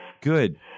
Good